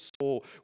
soul